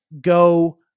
go